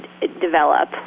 develop